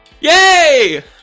Yay